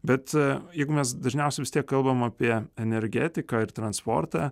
bet jeigu mes dažniausiai vis tiek kalbam apie energetiką ir transportą